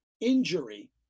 injury